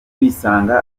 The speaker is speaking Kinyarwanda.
kwisanga